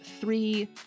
three